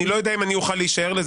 אני לא יודע אם אני אוכל להישאר לזה,